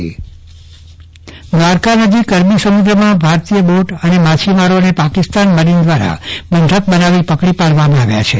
ચંદ્રવદન પટ્ટણી માછીમાર અપહરણ દ્વારકા નજીક અરબી સમુદ્ર માં ભારતીય બોટ અને માછીમારો ને પાકિસ્તાન મરિન દ્વારા બંધક બનાવી પકડી પાડવામાં આવ્યા છે